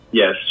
yes